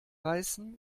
reißen